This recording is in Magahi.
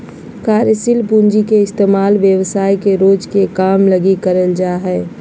कार्यशील पूँजी के इस्तेमाल व्यवसाय के रोज के काम लगी करल जा हय